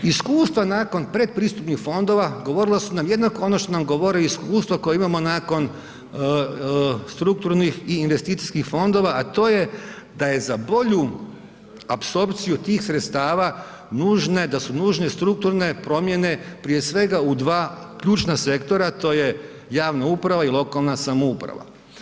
Iskustva nakon pretpristupnih fondova govorila su nam jednako ono što nam govore iskustva koja imamo nakon strukturnih i investicijskih fondova a to je da je za bolju apsorpciju tih sredstva da su nužne strukturne promjene prije svega u dva ključna sektora a to je javna uprava i lokalna samouprava.